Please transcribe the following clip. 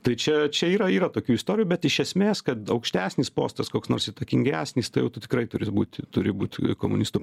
tai čia čia yra yra tokių istorijų bet iš esmės kad aukštesnis postas koks nors įtakingesnis tai jau tu tikrai turi būt turi būt komunistų